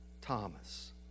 Thomas